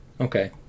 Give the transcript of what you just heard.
Okay